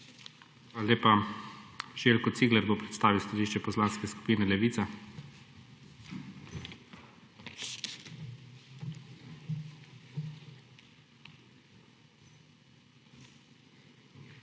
lepa. Željko Cigler bo predstavil stališče Poslanske skupine Levica.